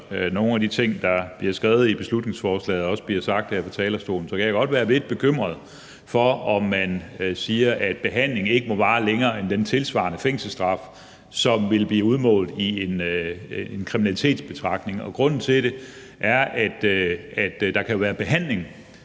nogle af de ting, som er skrevet i beslutningsforslaget og også bliver sagt her fra talerstolen, kan jeg godt være lidt bekymret for, om man siger, at behandling ikke må vare længere end den tilsvarende fængselsstraf, som ville blive udmålt i en kriminalitetsbetragtning. Grunden til det er, at der kan være behandling,